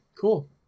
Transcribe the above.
cool